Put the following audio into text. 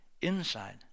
inside